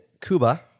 kuba